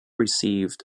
received